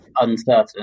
uncertain